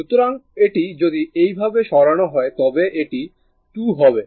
সুতরাং এটি যদি এইভাবে সরানো হয় তবে এটি 2 হবে